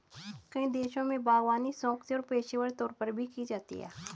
कई देशों में बागवानी शौक से और पेशेवर तौर पर भी की जाती है